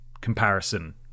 comparison